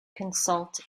consult